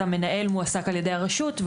אז המנהל מועסק על ידי הרשות.